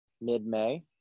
mid-May